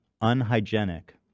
unhygienic